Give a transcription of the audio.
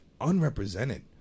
unrepresented